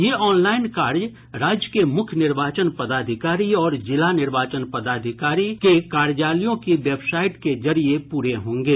ये ऑनलाइन कार्य राज्य के मुख्य निवार्चन पदाधिकारी और जिला निर्वाचन पदाधिकारी कार्यालयों की वेबसाइट के जरिये पूरे होंगे